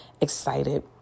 excited